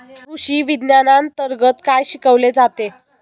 कृषीविज्ञानांतर्गत काय शिकवले जाते?